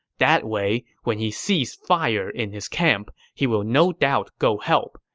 that way, when he sees fire in his camp, he will no doubt go help,